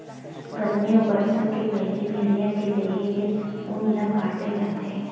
गरमी अउ बरसा के पहिली भेड़िया के देहे ले ऊन ल काटे जाथे